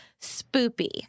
spoopy